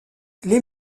les